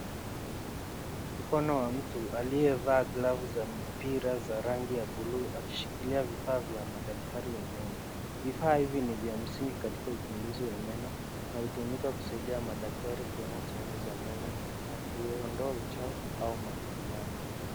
Mkono wa mtu aliyevaa glavu za mpira za rangi ya buluu akishikilia vifaa vya madaktari wa meno. Vifaa hivi ni vya msingi katika uchunguzi wa meno na hutumika kusaidia madaktari kuona sehemu za meno na kuondoa uchafu au matandani.